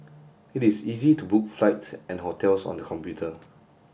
it is easy to book flights and hotels on the computer